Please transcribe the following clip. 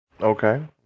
Okay